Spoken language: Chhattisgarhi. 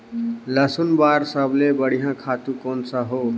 लसुन बार सबले बढ़िया खातु कोन सा हो?